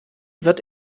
wird